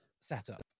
setup